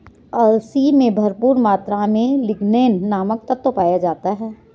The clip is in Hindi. अलसी में भरपूर मात्रा में लिगनेन नामक तत्व पाया जाता है